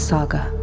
Saga